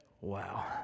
Wow